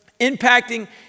impacting